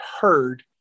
heard